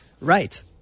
Right